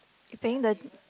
paying the